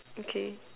okay